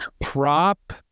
prop